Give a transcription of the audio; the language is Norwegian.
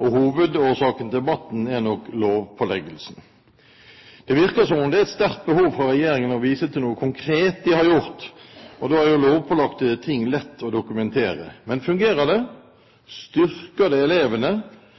Hovedårsaken til debatten er nok lovpåleggelsen. Det virker som om det er et sterkt behov for regjeringen å vise til noe konkret de har gjort, og da er jo lovpålagte ting lett å dokumentere. Men fungerer det? Styrker det elevene,